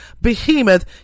behemoth